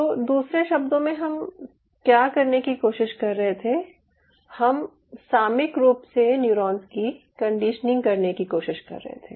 तो दूसरे शब्द में हम क्या करने की कोशिश कर रहे थे हम सामयिक रूप से न्यूरॉन्स की कंडीशनिंग करने की कोशिश कर रहे थे